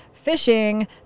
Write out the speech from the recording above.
fishing